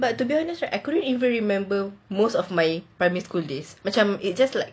but to be honest right I couldn't even remember most of my primary school days macam it's just like